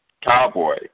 cowboy